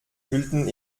wühlten